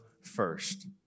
first